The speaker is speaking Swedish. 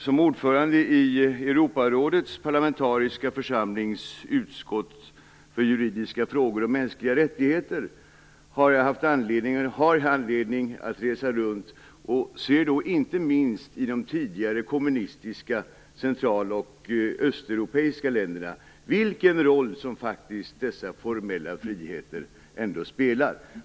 Som ordförande i Europarådets parlamentariska församlings utskott för juridiska frågor och mänskliga rättigheter har jag anledning att resa runt. Jag ser, inte minst i de tidigare kommunistiska, Central och östeuropeiska länderna, vilken roll som de formella friheterna ändå spelar.